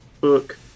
book